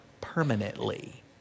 permanently